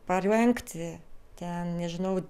parengti ten nežinau